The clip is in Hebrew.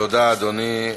תודה, אדוני.